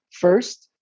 first